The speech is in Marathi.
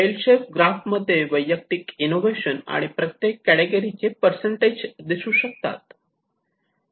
बेल शेप ग्राफ मध्ये वैयक्तिक इनोवेशन आणि प्रत्येक कॅटेगिरी चे परसेंटेज दिसू शकतात